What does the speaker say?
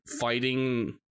fighting